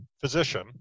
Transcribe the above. physician